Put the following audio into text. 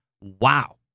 Wow